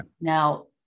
Now